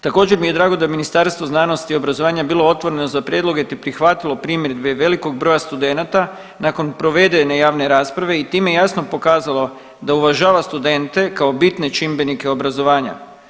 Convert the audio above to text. Također mi je drago da je Ministarstvo znanosti i obrazovanja bilo otvoreno za prijedloge te prihvatilo primjedbe velikog broja studenata, nakon provedene javne rasprave i time jasno pokazalo da uvažava studente kao bitne čimbenike obrazovanja.